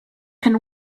can